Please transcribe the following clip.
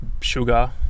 sugar